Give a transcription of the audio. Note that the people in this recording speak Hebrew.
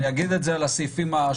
אני אגיד את זה על הסעיפים השונים.